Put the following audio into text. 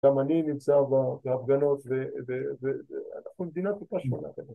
‫גם אני נמצא בהפגנות, ‫ואנחנו מדינת טיפה שונה.